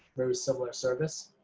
very similar service.